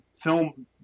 film